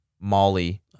molly